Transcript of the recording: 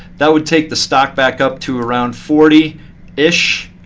that would take the stock back up to around forty ish.